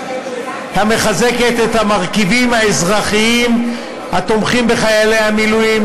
המרכיבים האזרחיים התומכים בחיילי המילואים.